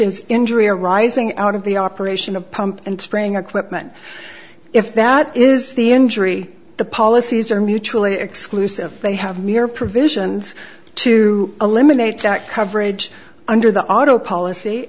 is injury arising out of the operation of pump and springer quitman if that is the injury the policies are mutually exclusive they have near provisions to eliminate coverage under the auto policy